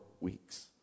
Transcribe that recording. weeks